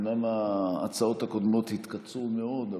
אומנם ההצעות הקודמות התקצרו מאוד,